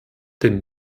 dem